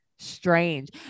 Strange